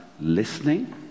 listening